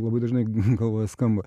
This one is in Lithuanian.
labai dažnai galvoje skamba